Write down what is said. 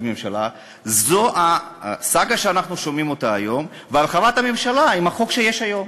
ממשלה זו הסאגה שאנחנו שומעים היום והרחבת הממשלה עם החוק שיש היום.